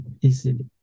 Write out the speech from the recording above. easily